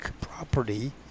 property